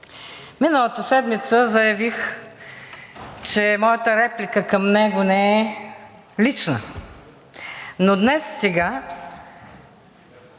Миналата седмица заявих, че моята реплика към него не е лична, но днес сега